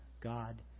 God